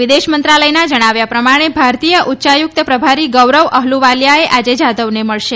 વિદેશ મંત્રાલયનાં જણાવ્યા પ્રમાણે ભારતીય ઉચ્યાયુક્ત પ્રભારી ગૌરવ અહલુવાલિયા આજે જાધવને મળશે